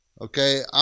Okay